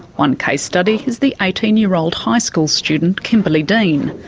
one case study is the eighteen year old high school student kimberley dean.